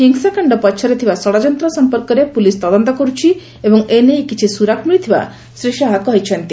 ହିଂସାକାଣ୍ଡ ପଚ୍ଚରେ ଥିବା ଷଡଯନ୍ତ୍ର ସମ୍ପର୍କରେ ପୁଲିସ ତଦନ୍ତ କରୁଛି ଏବଂ ଏନେଇ କିଛି ସୁରାକ୍ ମିଳିଥିବା ଶ୍ରୀ ଶାହା କହିଛନ୍ତି